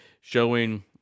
Showing